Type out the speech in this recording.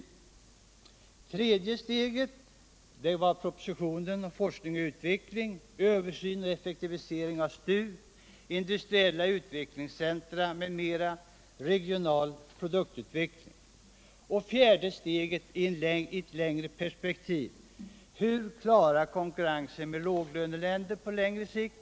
Det tredje steget var propositionen om forskning och utveckling med en översyn och effektivisering av STU, industriella utvecklingscentra, regional produktutveckling m.m. Och det fjärde steget gäller den framtida näringspolitiken, frågan hur vi skall klara konkurrensen med låglöneländerna på längre sikt.